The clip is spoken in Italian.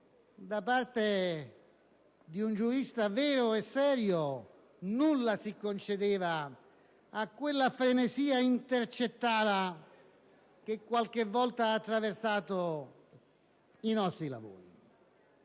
da parte di un giurista vero e serio nulla si concedeva a quella frenesia "intercettara" che qualche volta ha attraversato i nostri lavori.